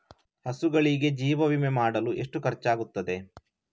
ಹಸುಗಳಿಗೆ ಜೀವ ವಿಮೆ ಮಾಡಲು ಎಷ್ಟು ಖರ್ಚಾಗುತ್ತದೆ?